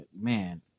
man